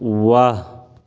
واہ